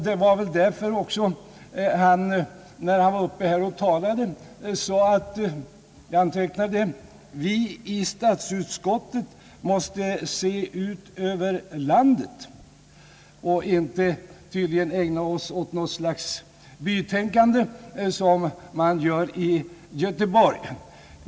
Det är väl därför som han, när han var uppe och talade, sade — jag antecknade det — att »vi i statsutskottet måste se ut över landet». Man skulle tydligen i statsutskottet inte ägna sig åt något bytänkande som man gör i Göteborg.